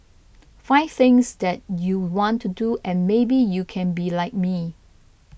find things that you want to do and maybe you can be like me